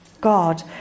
God